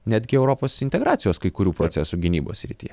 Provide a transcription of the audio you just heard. netgi europos integracijos kai kurių procesų gynybos srityje